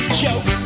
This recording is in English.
joke